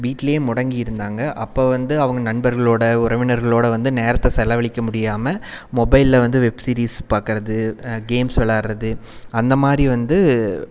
வீட்லேயே முடங்கி இருந்தாங்க அப்போ வந்து அவங்க நண்பர்களோடு உறவினர்களோடு வந்து நேரத்தை செலவழிக்க முடியாமல் மொபைலில் வந்து வெப்சீரிஸ் பார்க்கறது கேம்ஸ் விளையாட்றது அந்த மாதிரி வந்து